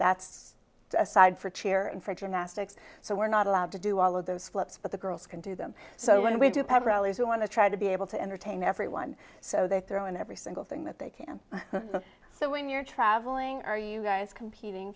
that's aside for chair and friction aspects so we're not allowed to do all of those flips but the girls can do them so when we do pep rallies we want to try to be able to entertain everyone so they throw in every single thing that they can so when you're traveling are you guys competing